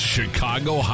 Chicago